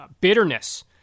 bitterness